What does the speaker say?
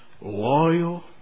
loyal